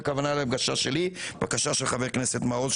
הכוונה לבקשה שלי והבקשה של חבר הכנסת מעוז,